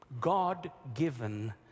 God-given